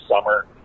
summer